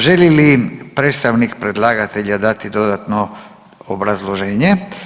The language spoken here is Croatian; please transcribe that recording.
Želi li predstavnik predlagatelja dati dodatno obrazloženje?